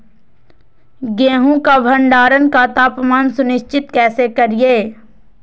गेहूं का भंडारण का तापमान सुनिश्चित कैसे करिये?